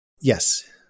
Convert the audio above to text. Yes